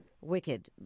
wicked